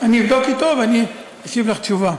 אני אבדוק אתו ואני אשיב לך תשובה.